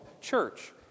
church